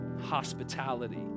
hospitality